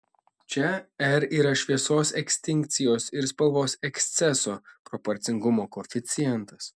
čia r yra šviesos ekstinkcijos ir spalvos eksceso proporcingumo koeficientas